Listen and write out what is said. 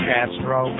Castro